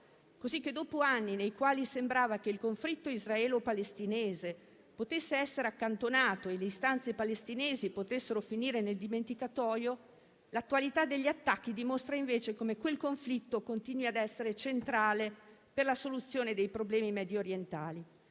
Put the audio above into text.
dopo anni nei quali sembrava che il conflitto israelo-palestinese potesse essere accantonato e le istanze palestinesi potessero finire nel dimenticatoio, l'attualità degli attacchi dimostra invece come quel conflitto continui a essere centrale per la soluzione dei problemi mediorientali.